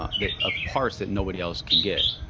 ah that of parse that nobody else can get.